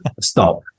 stop